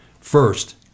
first